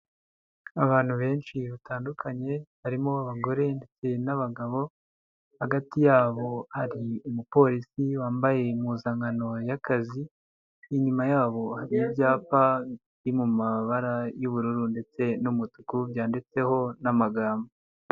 Abantu benshi batandukanye harimo abagore ndetse n'abagabo, hagati yabo hari umu porisi wambaye impuzankano y'akazi, inyuma yabo hari ibyapa biri mu mabara y'ubururu ndetse n'umutuku byanditseho n'amagambo.